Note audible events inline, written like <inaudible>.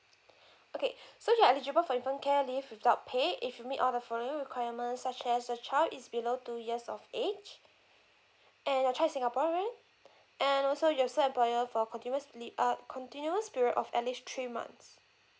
<breath> okay <breath> so you're eligible for infant care leave without pay if you meet all the following requirement such as the child is below two years of age and your child is singaporean and also you've served employer for a continuous peri~ uh continuous period of at least three months